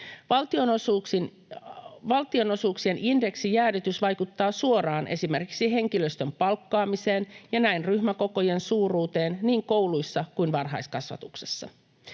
Valtionosuuksien indeksijäädytys vaikuttaa suoraan esimerkiksi henkilöstön palkkaamiseen ja näin ryhmäkokojen suuruuteen niin kouluissa kuin varhaiskasvatuksessa.